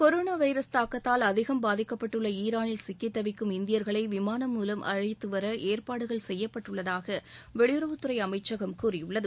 corona virus தாக்கத்தால் அதிகம் பாதிக்கப்பட்டுள்ள ஈராவில் சிக்கித் தவிக்கும் இந்தியர்களை விமானம் மூலம் அழைத்துவர அஏற்பாடுகள் செய்யப்பட்டுள்ளதாக வெளியுறவுத்துறை அமைச்சகம் கூறியுள்ளது